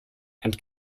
and